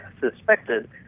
suspected